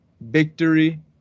victory